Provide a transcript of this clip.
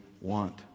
want